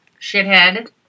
shithead